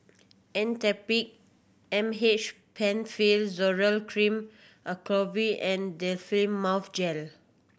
Actrapid Penfill Zoral Cream Acyclovir and Difflam Mouth Gel